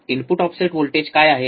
input offset voltage काय आहेत